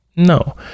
No